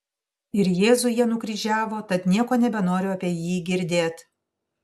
ir jėzų jie nukryžiavo tad nieko nebenoriu apie jį girdėt